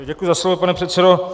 Děkuji za slovo, pane předsedo.